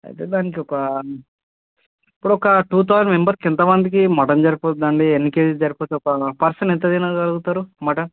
అయితే దానికి ఒకా ఇప్పుడు ఒకా టూ తౌసండ్ మెంబర్స్కి ఎంతమందికీ మటన్ సరిపోతుందండీ ఎన్ని కేజెస్ సరిపోతది ఒకా పర్సన్ ఎంత తినగలుగుతారు మటన్